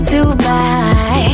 Dubai